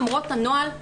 למרות הנוהל,